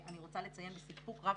אני רוצה לציין בסיפוק רב,